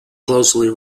closely